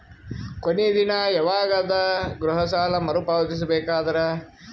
ಕೊನಿ ದಿನ ಯವಾಗ ಅದ ಗೃಹ ಸಾಲ ಮರು ಪಾವತಿಸಬೇಕಾದರ?